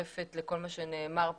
מצטרפת לכל מה שנאמר פה.